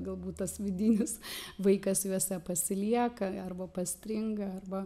galbūt tas vidinis vaikas visą pasilieka arba pas stringa arba